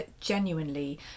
genuinely